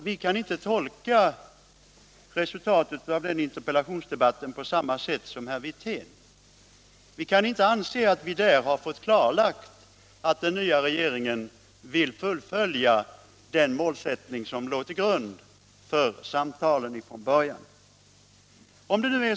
Vi kan inte tolka resultatet av den interpellationsdebatten på samma sätt som herr Wirtén gör. Vi kan inte anse att vi där har fått klarlagt att den nya regeringen vill fullfölja den målsättning som från början låg till grund för samtalen.